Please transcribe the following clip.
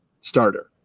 starter